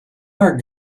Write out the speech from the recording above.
are